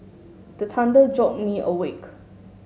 the thunder jolt me awake